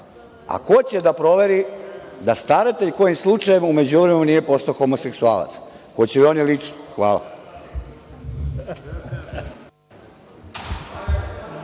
ko će da proveri da staratelj kojim slučajem u međuvremenu nije postao homoseksualac? Hoće li oni lično? Hvala.